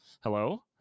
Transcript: hello